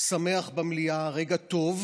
רגע טוב,